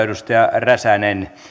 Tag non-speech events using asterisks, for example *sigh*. *unintelligible* edustaja räsänen